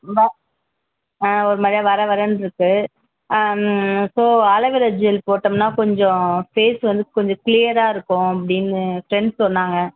ரொம்ப ஆ ஒரு மாதிரியா வரவரன்னு இருக்குது ஆ ஸோ ஆலவேரா ஜெல் போட்டோம்ன்னால் கொஞ்சம் ஃபேஸ் வந்து கொஞ்சம் க்ளியராக இருக்கும் அப்படின்னு ஃப்ரெண்ட்ஸ் சொன்னாங்க